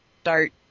start